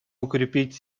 укрепить